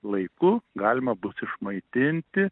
laiku galima bus išmaitinti